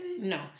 No